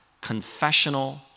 confessional